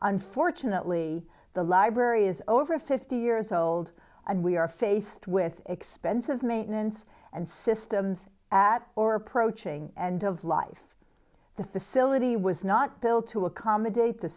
unfortunately the library is over fifty years old and we are faced with expensive maintenance and systems at or approaching end of life the facility was not built to accommodate the